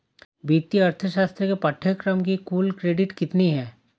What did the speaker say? वित्तीय अर्थशास्त्र के पाठ्यक्रम की कुल क्रेडिट कितनी है?